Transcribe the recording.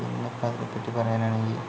പിന്നെ ഇപ്പോൾ അതിനെ പറ്റി പറയാനാണെങ്കിൽ